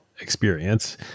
experience